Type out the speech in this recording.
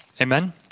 Amen